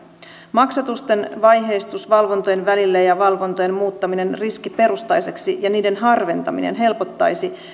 maksatusten vaiheistus valvontojen välillä ja valvontojen muuttaminen riskiperustaiseksi ja niiden harventaminen helpottaisi